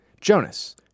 jonas